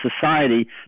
society